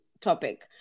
topic